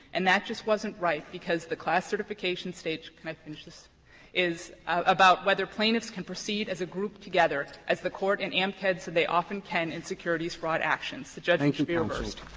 and that just wasn't right, because the class certification stage can i finish this is about whether plaintiffs can proceed as a group together, as the court in amchem said they often can in securities fraud actions. the judgment should be reversed.